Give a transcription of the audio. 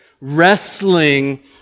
wrestling